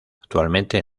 actualmente